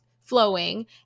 flowing